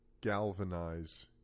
galvanize